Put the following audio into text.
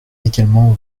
également